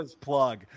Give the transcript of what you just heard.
plug